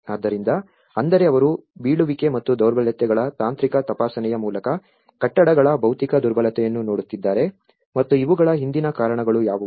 ಆದ್ದರಿಂದ ಅಂದರೆ ಅವರು ಬೀಳುವಿಕೆ ಮತ್ತು ದೌರ್ಬಲ್ಯಗಳ ತಾಂತ್ರಿಕ ತಪಾಸಣೆಯ ಮೂಲಕ ಕಟ್ಟಡಗಳ ಭೌತಿಕ ದುರ್ಬಲತೆಯನ್ನು ನೋಡುತ್ತಿದ್ದಾರೆ ಮತ್ತು ಇವುಗಳ ಹಿಂದಿನ ಕಾರಣಗಳು ಯಾವುವು